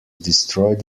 destroyed